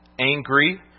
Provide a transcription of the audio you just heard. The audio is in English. angry